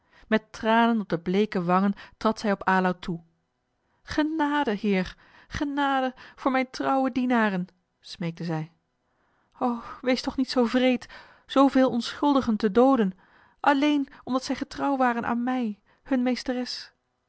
met tranen op de bleeke wangen trad zij op aloud toe genade heer genade voor mijne trouwe dienaren smeekte zij o wees toch niet zoo wreed zooveel onschuldigen te dooden alleen omdat zij getrouw waren aan mij hunne meesteres